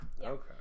Okay